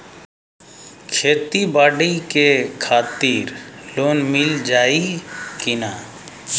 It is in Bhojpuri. खेती बाडी के खातिर लोन मिल जाई किना?